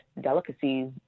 delicacies